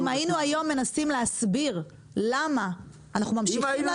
אם היום היינו מנסים להסביר למה אנחנו ממשיכים לעשות את זה,